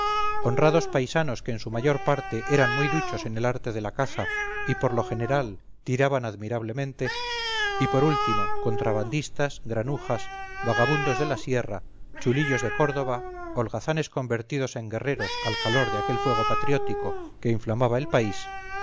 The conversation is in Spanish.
honrados paisanos que en su mayor parte eran muy duchos en el arte de la caza y por lo general tiraban admirablemente y por último contrabandistas granujas vagabundos de la sierra chulillos de córdoba holgazanes convertidos en guerreros al calor de aquel fuego patriótico que inflamaba el país